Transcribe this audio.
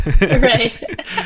Right